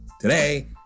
today